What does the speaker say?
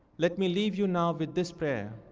let me leave you now with this prayer.